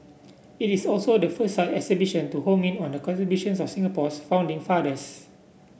it is also the first such exhibition to home in on the contributions of Singapore's founding fathers